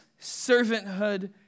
servanthood